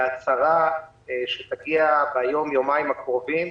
להצהרה שתגיע ביום יומיים הקרובים,